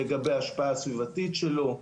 לגבי השפעה סביבתית שלו.